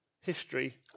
history